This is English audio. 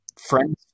friends